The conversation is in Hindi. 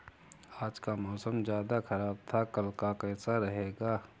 आज का मौसम ज्यादा ख़राब था कल का कैसा रहेगा?